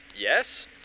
yes